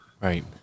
Right